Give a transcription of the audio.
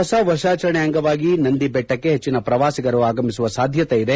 ಹೊಸ ವರ್ಷಾಚರಣೆ ಅಂಗವಾಗಿ ನಂದಿಬೆಟ್ಟಕ್ಕೆ ಹೆಚ್ಚಿನ ಪ್ರವಾಸಿಗರು ಆಗಮಿಸುವ ಸಾಧ್ಯತೆ ಇದೆ